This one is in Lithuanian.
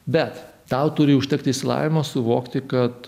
bet tau turi užtekti išsilavinimo suvokti kad